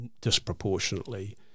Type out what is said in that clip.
disproportionately